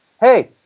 hey